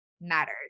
matters